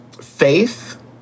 faith